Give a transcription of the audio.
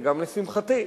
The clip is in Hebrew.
וגם לשמחתי,